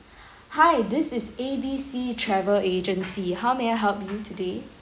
hi this is A_B_C travel agency how may I help you today